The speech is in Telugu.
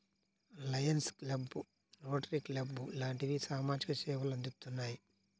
లయన్స్ క్లబ్బు, రోటరీ క్లబ్బు లాంటివి సామాజిక సేవలు అందిత్తున్నాయి